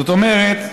זאת אומרת,